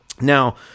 Now